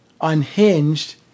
unhinged